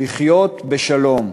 לחיות בשלום.